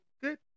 good